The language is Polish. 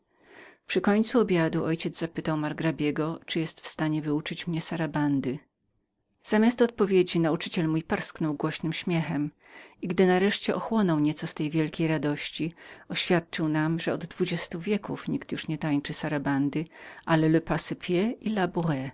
przy końcu obiadu mój ojciec zapytał margrabiego czyliby był w stanie wyuczenia mnie sarabandy zamiast odpowiedzi nauczyciel mój parsknął głośnym śmiechem i gdy nareszcie ochłonął nieco z tej wielkiej radości oświadczył nam że od dwudziestu wieków nikt nie tańczył już sarabandy ale menueta i